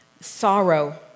sorrow